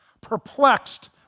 perplexed